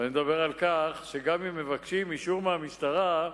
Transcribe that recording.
ואני מדבר על כך שגם אם מבקשים אישור מהמשטרה,